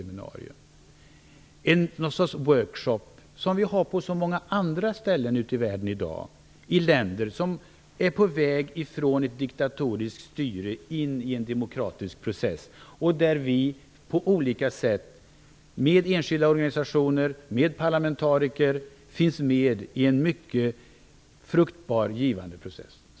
Det kunde vara någon sorts work shop som vi har på så många andra ställen ute i världen i dag, i länder som är på väg ifrån ett diktatoriskt styre in i en demokratisk process, och där vi på olika sätt med enskilda organisationer och med parlamentariker finns med i en mycket fruktbar och givande process.